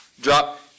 Drop